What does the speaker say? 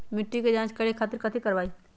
मिट्टी के जाँच करे खातिर कैथी करवाई?